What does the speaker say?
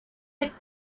had